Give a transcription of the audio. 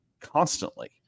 constantly